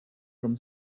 from